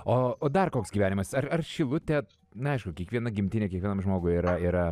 o o dar koks gyvenimas ar ar šilutė na aišku kiekviena gimtinė kiekvienam žmogui yra yra